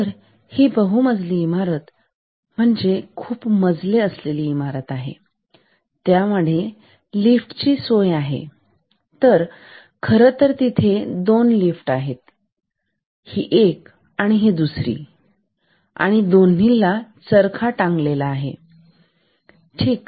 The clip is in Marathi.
तर ही एक बहुमजली इमारत खूप मजले असलेली आणि त्यासाठी लिफ्ट ची सोय आहेतर खरंतर तिथे 2 लिफ्ट आहेत हे एक आणि ही दुसरी दोन्ही चरखा ला टांगलेली आहे ठीक